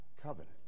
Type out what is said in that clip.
covenant